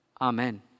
Amen